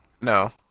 No